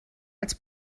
als